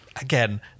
Again